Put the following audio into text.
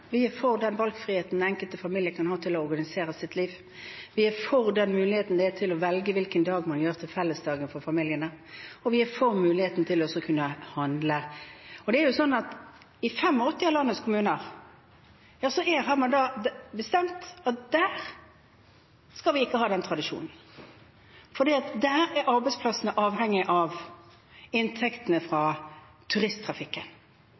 Vi er for den valgfriheten for enkelte familier til å organisere sitt liv, vi er for muligheten til å velge hvilken dag man gjør til fellesdag for familiene, og vi er for muligheten til å kunne handle. Det er jo sånn at i 85 av landets kommuner har man bestemt at der skal man ikke ha den tradisjonen, for der er arbeidsplassene avhengig av inntektene fra turisttrafikken,